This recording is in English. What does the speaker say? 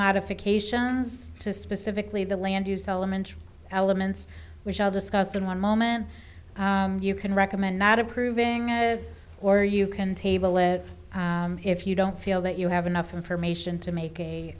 modifications to specifically the land use element elements which i'll discuss in one moment you can recommend not approving it or you can table it if you don't feel that you have enough information to make a